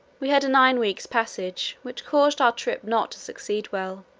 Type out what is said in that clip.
we had a nine weeks passage, which caused our trip not to succeed well,